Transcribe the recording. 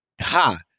Ha